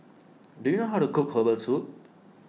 do you know how to cook Herbal Soup